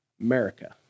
America